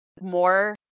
more